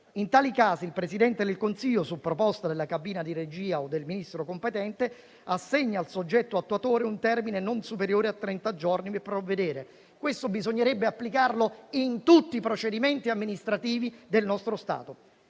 In tali casi, il Presidente del Consiglio, su proposta della cabina di regia o del Ministro competente, assegna al soggetto attuatore un termine non superiore a trenta giorni per provvedere. Questo principio andrebbe applicato a tutti i procedimenti amministrativi del nostro Stato.